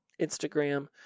Instagram